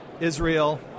Israel